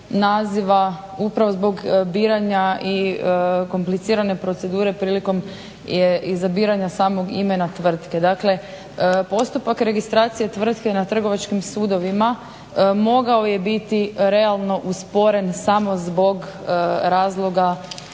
upravo zbog biranja i komplicirane procedure prilikom izabiranja samog imena tvrtke. Dakle postupak registracije tvrtke na trgovačkim sudovima mogao je biti realno usporen samo zbog razloga